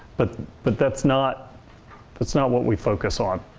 but but that's not that's not what we focus on.